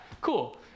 cool